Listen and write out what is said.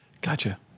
gotcha